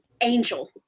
angel